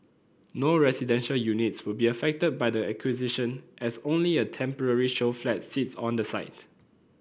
no residential units will be affected by the acquisition as only a temporary show flat sits on the site